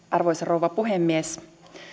arvoisa rouva puhemies